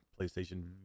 playstation